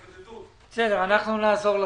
בסדר, אנחנו נעזור לכם.